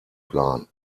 plan